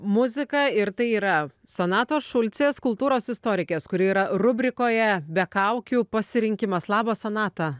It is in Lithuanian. muzika ir tai yra sonatos šulcės kultūros istorikės kuri yra rubrikoje be kaukių pasirinkimas labas sonata